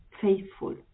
faithful